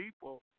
people